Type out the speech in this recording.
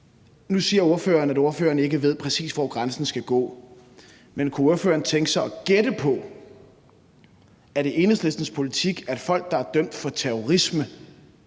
Nu siger ordføreren, at ordføreren ikke ved, præcis hvor grænsen skal gå, men kunne ordføreren så gætte på, om det er Enhedslistens politik, at folk, der er tømt for terrorisme,